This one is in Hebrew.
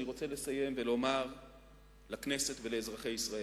אני רוצה לסיים ולומר לכנסת ולאזרחי ישראל: